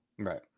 Right